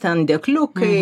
ten dėkliukai